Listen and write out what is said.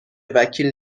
وکیل